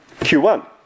Q1